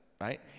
right